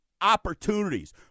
opportunities